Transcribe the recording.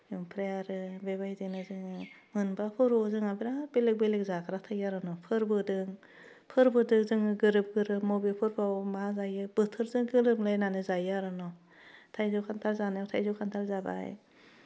ओमफ्राय आरो बेबायदिनो जोङो मोनबा फरबयाव जोंहा बिराथ बेलेग बेलेग जाग्रा थायो आरो न' फोरबोदों फोरबोदों जोङो गोरोब गोरोब बबे फोरबोआव मा जायो बोथोरजों गोरोबलायनानै जायो आरो न' थाइजौ खान्थाल जानायाव थाइजौ खान्थाल जाबाय